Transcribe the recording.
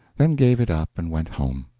then gave it up and went home.